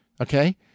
Okay